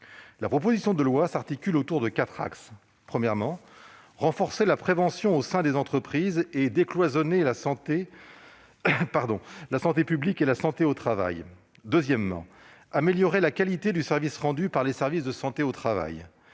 La proposition de loi s'articule autour de quatre axes. Premièrement, renforcer la prévention au sein des entreprises et décloisonner la santé publique et la santé au travail. Deuxièmement, améliorer la qualité du service rendu par les SST. Troisièmement,